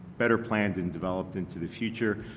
better planned and developed into the future.